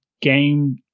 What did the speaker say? game